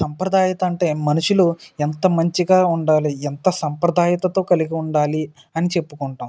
సాంప్రదాయకత అంటే మనుషులు ఎంత మంచిగా ఉండాలి ఎంత సాంప్రదాయకత కలిగి ఉండాలి అని చెప్పుకుంటాం